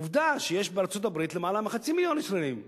עובדה שיש בארצות-הברית למעלה מחצי מיליון ישראלים.